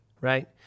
right